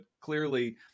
clearly